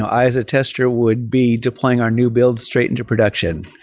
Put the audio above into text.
i as a tester would be deploying our new build straight into production.